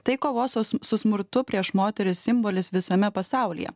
tai kovos su smurtu prieš moteris simbolis visame pasaulyje